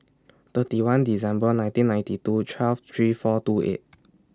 thirty one December nineteen ninety two twelve three four two eight